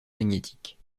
magnétique